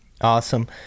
Awesome